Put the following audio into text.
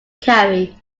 carry